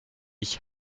ich